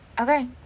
Okay